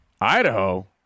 idaho